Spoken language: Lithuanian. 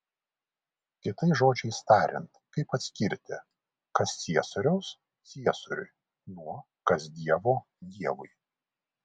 kitais žodžiais tariant kaip atskirti kas ciesoriaus ciesoriui nuo kas dievo dievui